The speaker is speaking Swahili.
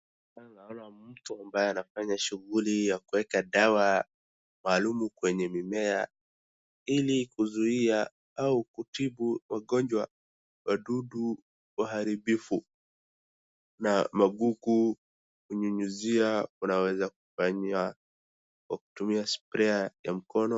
Kuna mtu ambaye anafanya shughuli ya kueka dawa maalumu kwenye mimea ili kuzuia au kutibu ugonjwa, wadudu waharibifu na magugu. Kunyunyuzia kunaweza kufanywa kutumia sprayer ya mkono.